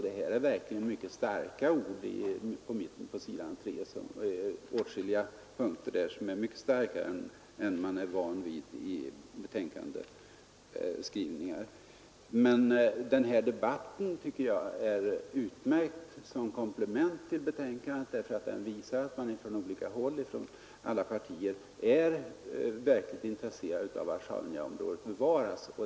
Det är verkligen mycket starka ord i mitten på s. 3 — mycket starkare än man är van vid att läsa i betänkanden. Men debatten här är utmärkt som komplement till betänkandet. Den visar att man på olika håll inom alla partier är verkligt intresserad av att Sjaunjaområdet bevaras.